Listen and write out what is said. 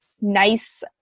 nice